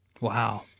Wow